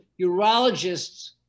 urologists